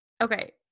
okay